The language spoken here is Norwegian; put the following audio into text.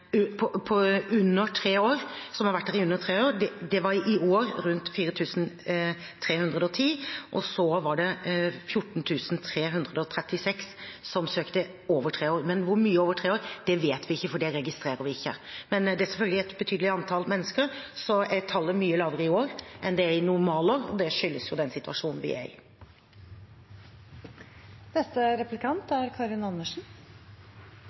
som har vært her i under tre år; det var i år rundt 4 310. Så var det 14 336 som søkte som har vært her i over tre år, men hvor mye over tre år vet vi ikke, for det registrerer vi ikke. Men det er selvfølgelig et betydelig antall mennesker. Så er tallet mye lavere i år enn det er i normalår. Det skyldes jo den situasjonen vi er i.